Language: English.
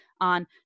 on